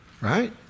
Right